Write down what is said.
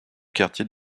quartier